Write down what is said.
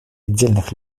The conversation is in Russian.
отдельных